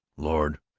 lord,